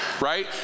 right